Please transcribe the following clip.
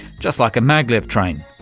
just like a maglev train.